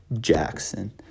Jackson